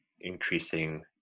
increasing